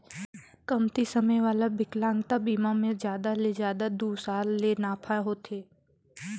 कमती समे वाला बिकलांगता बिमा मे जादा ले जादा दू साल ले नाफा होथे